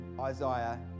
Isaiah